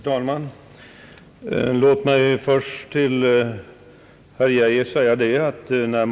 Herr talman! Låt mig först säga några ord till herr Geijer.